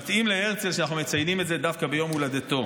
מתאים להרצל שאנחנו מציינים את זה דווקא ביום הולדתו.